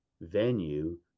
venue